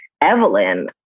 evelyn